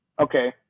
Okay